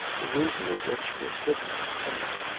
the reason of which was hidden from him.